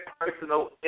personal